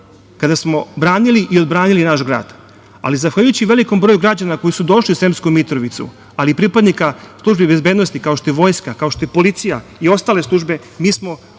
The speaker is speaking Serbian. kada smo branili i odbranili naš grad. Zahvaljujući velikom broju građana koji su došli u Sremsku Mitrovicu ali i pripadnika službi bezbednosti, kao što je vojska, kao što je policija i ostale službe, mi smo